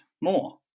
more